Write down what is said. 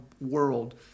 world